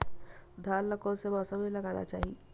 धान ल कोन से मौसम म लगाना चहिए?